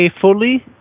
fully